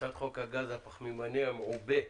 הצעת חוק הגז הפחמימני המעובה,